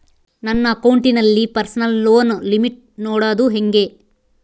ನನ್ನ ಅಕೌಂಟಿನಲ್ಲಿ personal loan limit ನೋಡದು ಹೆಂಗೆ?